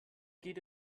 geht